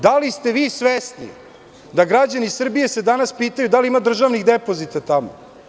Da li ste svesni da se građani Srbije danas pitaju da li ima državnih depozita tamo?